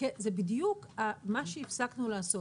זה בדיוק מה שהפסקנו לעשות,